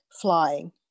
flying